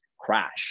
crash